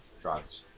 drugs